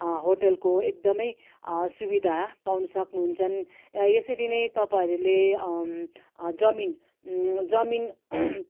होटेलको एकदमै सुविधा पाउनु सक्नु हुन्छ यसरी नै तपाईँहरूले जमिन जमिन